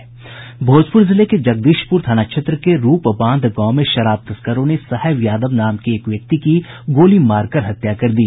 भोजपूर जिले के जगदीशपूर थाना क्षेत्र के रूप बांध गांव में शराब तस्करों ने साहेब यादव नाम के एक व्यक्ति की गोली मारकर हत्या कर दी